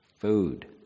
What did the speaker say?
Food